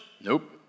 Nope